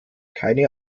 keine